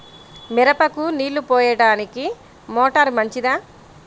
మిరపకు నీళ్ళు పోయడానికి మోటారు మంచిదా?